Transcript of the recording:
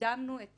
הקדמנו את